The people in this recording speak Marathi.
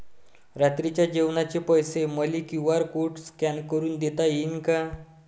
रात्रीच्या जेवणाचे पैसे मले क्यू.आर कोड स्कॅन करून देता येईन का?